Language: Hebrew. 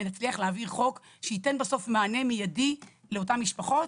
ונצליח להעביר חוק שייתן בסוף מענה מיידי לאותן משפחות,